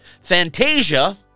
Fantasia